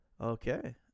Okay